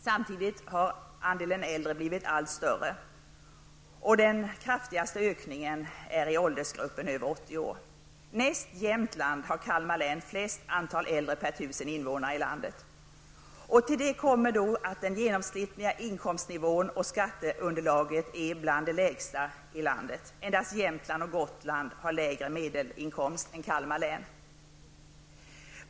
Samtidigt har andelen äldre blivit allt större. Den kraftigaste ökningen har skett i åldersgruppen över 80 år. Näst Jämtland har Till detta kommer att den genomsnittliga inkomstnivån och skatteunderlaget är bland de lägsta i landet. Endast Jämtland och Gotland har lägre medelinkomst än Kalmar län.